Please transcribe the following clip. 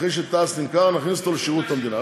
אחרי שתע"ש נמכר, נכניס אותו לשירות המדינה.